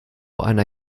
einer